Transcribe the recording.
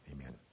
Amen